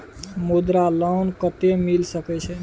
मुद्रा लोन कत्ते मिल सके छै?